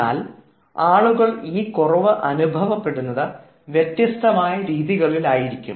എന്നാൽ ആളുകളിൽ ഈ കുറവ് അനുഭവപ്പെടുന്നത് വ്യത്യസ്തമായ രീതികളിൽ ആയിരിക്കും